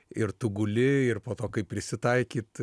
ir tu guli ir po to kaip prisitaikyt